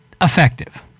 effective